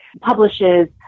publishes